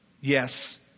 Yes